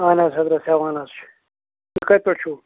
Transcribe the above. اَہن حظ حضرَت ہٮ۪وان حظ چھِ تُہۍ کَتہِ پٮ۪ٹھ چھُو